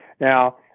Now